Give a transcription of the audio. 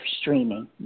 streaming